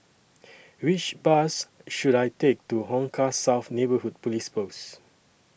Which Bus should I Take to Hong Kah South Neighbourhood Police Post